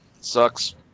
sucks